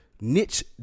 Niche